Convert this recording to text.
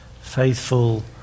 faithful